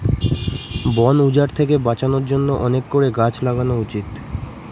বন উজাড় থেকে বাঁচার জন্য অনেক করে গাছ লাগানো উচিত